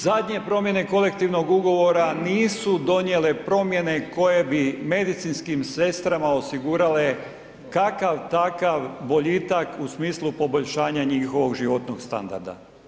Zadnje promjene kolektivnog ugovora nisu donijele promjene koje bi medicinskim sestrama osigurale kakav takav boljitak u smislu poboljšanja njihovog životnog standarda.